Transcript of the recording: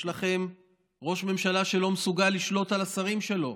יש לכם ראש ממשלה שלא מסוגל לשלוט על השרים שלו,